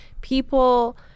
People